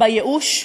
בייאוש,